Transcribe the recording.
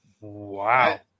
Wow